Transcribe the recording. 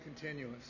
continuous